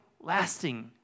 lasting